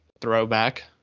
throwback